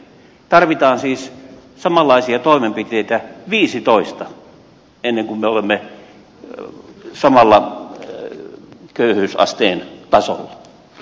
tarvitaan siis samanlaisia toimenpiteitä viisitoista ennen kuin me olemme samalla köyhyysasteen tasolla